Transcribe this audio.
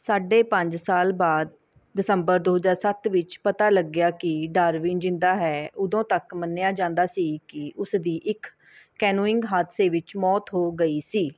ਸਾਢੇ ਪੰਜ ਸਾਲ ਬਾਅਦ ਦਸੰਬਰ ਦੋ ਹਜ਼ਾਰ ਸੱਤ ਵਿੱਚ ਪਤਾ ਲੱਗਿਆ ਕਿ ਡਾਰਵਿਨ ਜ਼ਿੰਦਾ ਹੈ ਉਦੋਂ ਤੱਕ ਮੰਨਿਆ ਜਾਂਦਾ ਸੀ ਕਿ ਉਸ ਦੀ ਇੱਕ ਕੈਨੋਇੰਗ ਹਾਦਸੇ ਵਿੱਚ ਮੌਤ ਹੋ ਗਈ ਸੀ